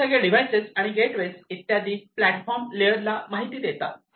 हे सगळे डिव्हाइसेस आणि गेटवे इत्यादी प्लेट फॉर्म लेयर ला माहिती देतात